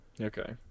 Okay